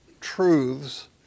truths